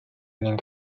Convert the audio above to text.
ning